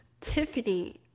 Tiffany